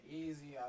easy